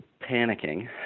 panicking